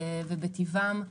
בטיבם.